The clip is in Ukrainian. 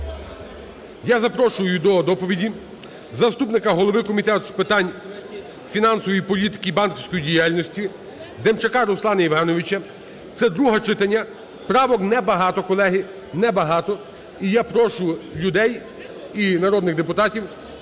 Я запрошую до доповіді заступника голови Комітету з питань фінансової політики і банківської діяльності Демчака Руслана Євгенійовича. Це друге читання, правок небагато, колеги, небагато. І я прошу людей і народних депутатів